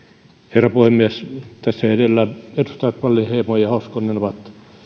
herra puhemies tässä edellä edustajat wallinheimo ja hoskonen ovat